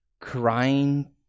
crying